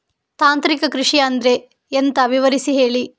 ತಾಂತ್ರಿಕ ಕೃಷಿ ಅಂದ್ರೆ ಎಂತ ವಿವರಿಸಿ ಹೇಳಿ